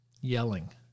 yelling